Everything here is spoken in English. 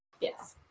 Yes